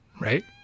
right